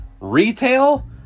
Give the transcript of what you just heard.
Retail